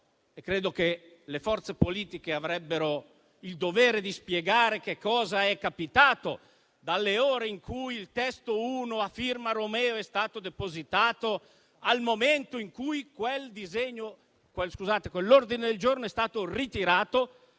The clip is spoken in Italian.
Credo che le forze politiche avrebbero il dovere di spiegare cosa è capitato dalle ore in cui il testo uno, a firma Romeo, è stato depositato al momento in cui quell'ordine del giorno è stato ritirato,